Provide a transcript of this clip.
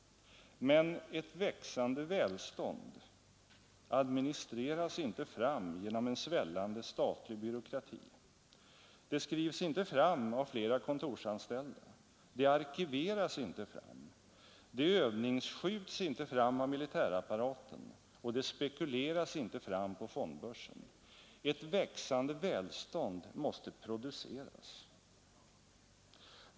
Men ett växande välstånd administreras inte fram genom att den statliga byråkratin sväller, det skrivs inte fram av flera kontorsanställda, det arkiveras inte fram, det övningsskjuts inte fram av militärapparaten och det spekuleras inte fram på fondbörsen. Grunden för ett växande välstånd måste produceras.